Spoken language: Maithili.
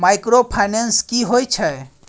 माइक्रोफाइनेंस की होय छै?